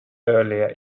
earlier